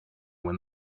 when